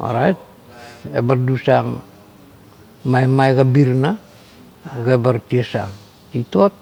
orait ebar dusang malmai kabirana ga bar ties ang, titot.